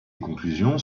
conclusions